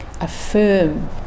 affirm